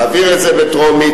להעביר את זה בטרומית.